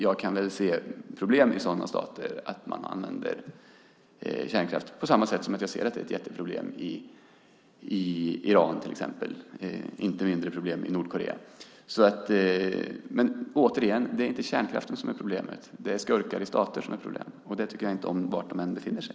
Jag kan se problem med att sådana stater använder kärnkraft, på samma sätt som jag anser att det är ett jätteproblem när det exempelvis gäller Iran, för att inte tala om Nordkorea. Men återigen: Det är inte kärnkraften som är problemet. Problemet är skurkarna i somliga länder, och dem tycker jag inte om oberoende av var de befinner sig.